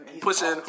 pushing